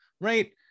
Right